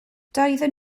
doeddwn